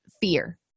fear